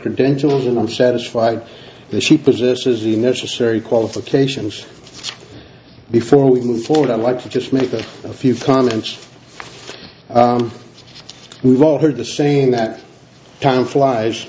credentials and i'm satisfied that she possesses the necessary qualifications before we move forward i'd like to just make a few comments we've all heard the saying that time flies